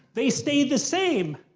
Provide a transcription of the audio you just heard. they stayed the same!